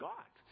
God